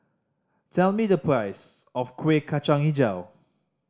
tell me the price of Kuih Kacang Hijau